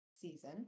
season